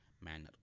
manner